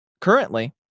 currently